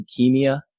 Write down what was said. leukemia